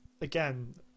again